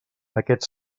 aquest